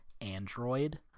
android